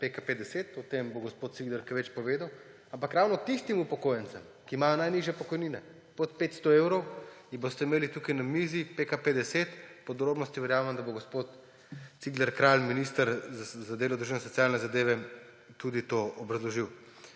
O tem bo gospod Cigler kaj več povedal. Ampak ravno tistim upokojencem, ki imajo najnižje pokojnine, pod 500 evrov, boste imeli tukaj na mizi PKP10. Podrobnosti, verjamem, da jih bo gospod Cigler Kralj, minister za delo, družino, socialne zadeve, obrazložil.